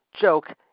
joke